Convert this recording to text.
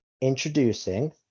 introducing